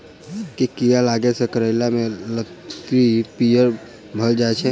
केँ कीड़ा लागै सऽ करैला केँ लत्ती पीयर भऽ जाय छै?